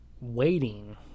waiting